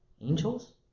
Angels